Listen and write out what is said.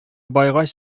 баегач